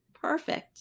Perfect